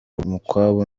umukwabu